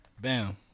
Bam